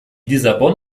lissabon